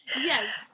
Yes